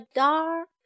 dark